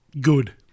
Good